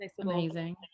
amazing